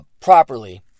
properly